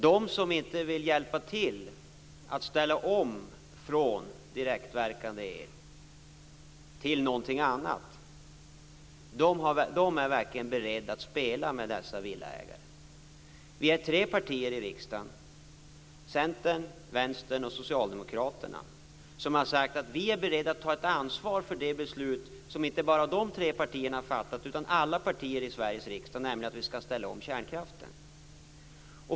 De som inte vill hjälpa till att ställa om från direktverkande el till någonting annat är verkligen beredda att spela med dessa villaägare. Vi är tre partier i riksdagen, Centern, Vänstern och Socialdemokraterna, som har sagt att vi är beredda att ta ansvar för det beslut som inte bara de tre partierna har fattat utan alla partier i Sveriges riksdag, nämligen att vi ska ställa om kärnkraften.